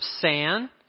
sand